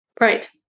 Right